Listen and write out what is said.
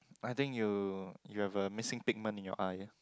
I think you you have a missing pigment in your eye